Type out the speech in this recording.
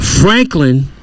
Franklin